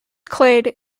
clade